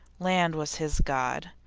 land was his god,